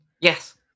Yes